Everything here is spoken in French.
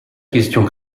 question